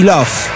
Love